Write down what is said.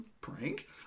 Prank